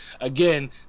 again